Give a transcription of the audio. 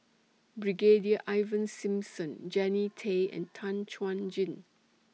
Brigadier Ivan Simson Jannie Tay and Tan Chuan Jin